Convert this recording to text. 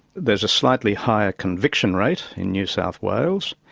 there's a slightly higher conviction rate in new south wales.